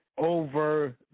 Over